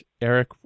Eric